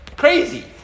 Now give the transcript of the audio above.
crazy